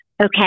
okay